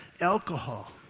alcohol